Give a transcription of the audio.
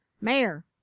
Mayor